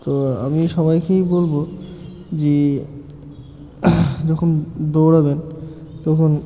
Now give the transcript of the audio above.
তো আমি সবাইকেই বলব যে যখন দৌড়াবেন তখন